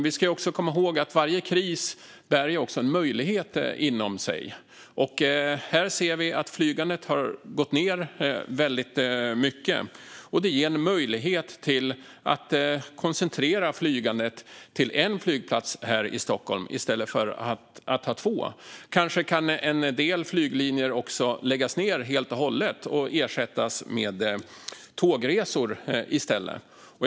Vi ska dock komma ihåg att varje kris också bär en möjlighet inom sig. Här ser vi att flygandet har gått ned väldigt mycket, och detta ger en möjlighet att koncentrera flygandet till en flygplats här i Stockholm i stället för att ha två. Kanske kan en del flyglinjer också läggas ned helt och hållet och ersättas med tågresor.